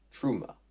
truma